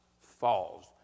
falls